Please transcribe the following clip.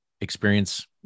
experience